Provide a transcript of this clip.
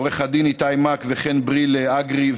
עו"ד איתי מק וחן בריל אגרי,